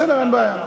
בסדר, אין בעיה,